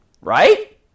Right